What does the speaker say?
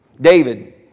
David